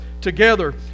together